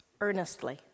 earnestly